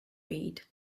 read